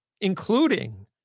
including